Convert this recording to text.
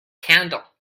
candle